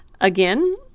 again